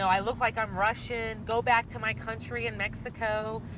i look like i'm russian, go back to my country in mexico.